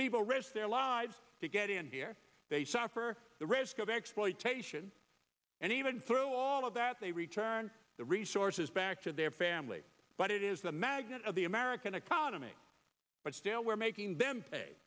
people risk their lives to get in here they suffer the risk of exploitation and even through all of that they return the resources back to their family but it is the magnet of the american economy but still we're making